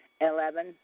Eleven